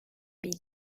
bir